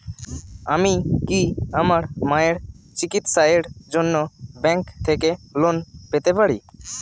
আমি কি আমার মায়ের চিকিত্সায়ের জন্য ব্যঙ্ক থেকে লোন পেতে পারি?